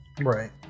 right